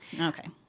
okay